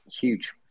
huge